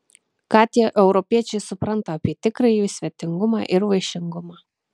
ką tie europiečiai supranta apie tikrąjį svetingumą ir vaišingumą